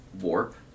warp